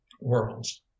worlds